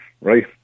right